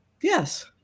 Yes